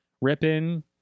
ripping